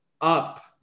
up